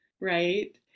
right